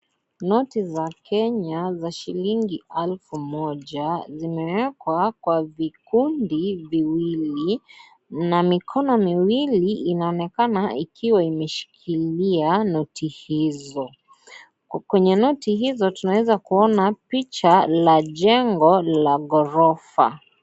Noti za Kenya za shilingi elfu moja, zimewekwa kwa vikundi viwili na mikono miwili inaonekana ikiwa imeshikilia noti hizo. Kwenye noti hizo tunaweza kuona picha la jengo la ghorofa.